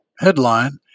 headline